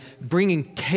Bringing